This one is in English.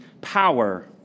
power